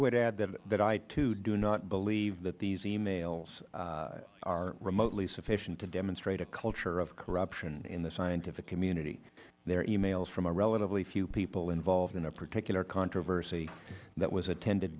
would add that i too do not believe that these e mails are remotely sufficient to demonstrate a culture of corruption in the scientific community they are e mails from a relatively few people involved in a particular controversy that was attended